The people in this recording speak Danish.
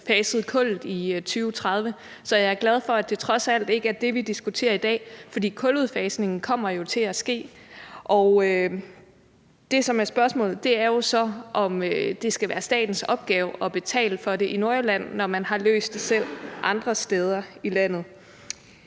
udfaset kullet i 2030, så jeg er glad for, at det trods alt ikke er det, vi diskuterer i dag, for kuludfasningen kommer jo til at ske. Og det, som er spørgsmålet, er så, om det skal være statens opgave at betale for det i Nordjylland, når man har løst det selv andre steder i landet.